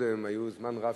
קודם היה זמן רב,